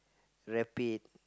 rapid